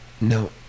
No